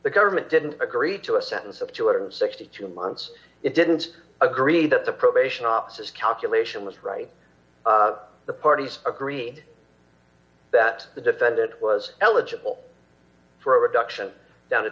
the government didn't agree to a sentence of two hundred and sixty two months it didn't agree that the probation office calculation was right the parties agreed that the defendant was eligible for a reduction down to